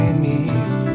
knees